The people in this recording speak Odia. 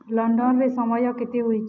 ଲଣ୍ଡନରେ ସମୟ କେତେ ହୋଇଛି